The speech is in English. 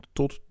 tot